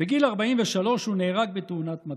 בגיל 43, הוא נהרג בתאונת מטוס.